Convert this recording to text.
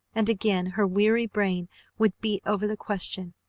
and again her weary brain would beat over the question,